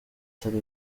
atari